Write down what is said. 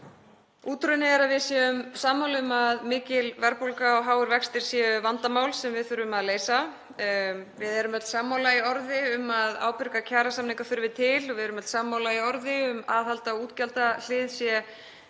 úr henni er að við erum sammála um að mikil verðbólga og háir vextir séu vandamál sem við þurfum að leysa. Við erum öll sammála í orði um að ábyrga kjarasamninga þurfi til og við erum öll sammála í orði um að aðhald á útgjaldahlið sé